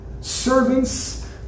Servants